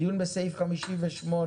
דיון בסעיף 58,